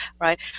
right